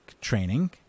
training